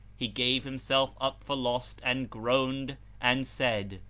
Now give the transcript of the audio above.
he gave himself up for lost and groaned and said,